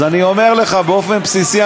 אז אני אומר לך: באופן בסיסי,